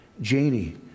Janie